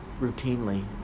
routinely